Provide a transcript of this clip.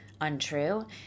untrue